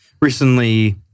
Recently